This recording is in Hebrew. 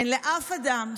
אין לאף אדם זכות,